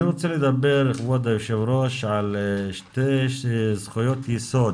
אני רוצה לדבר כבוד היו"ר, על שתי זכויות יסוד